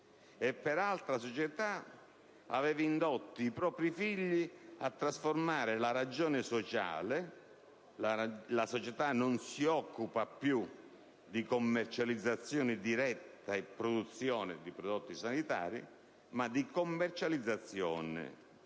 e per un'altra società aveva indotto i propri figli a trasformare la ragione sociale (la società non si occupa più di commercializzazione diretta e produzione di materiale sanitario, ma di commercializzazione per